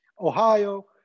Ohio